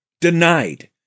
denied